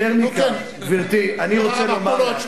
במהלך, חבר